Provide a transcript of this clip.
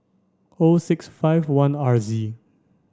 O six five one R Z